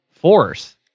force